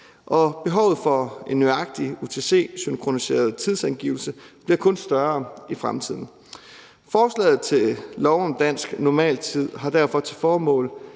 og behovet for en nøjagtig UTC-synkroniseret tidsangivelse bliver kun større i fremtiden. Forslaget til lov om dansk normaltid har derfor til formål